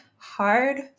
Hard